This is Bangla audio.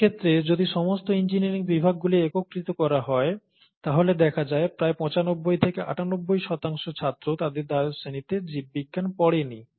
এক্ষেত্রে যদি সমস্ত ইঞ্জিনিয়ারিং বিভাগগুলি একত্রিত করা হয় তাহলে দেখা যায় প্রায় 95 থেকে 98 শতাংশ ছাত্র তাদের দ্বাদশ শ্রেণিতে জীববিজ্ঞান পড়েনি